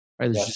right